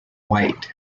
white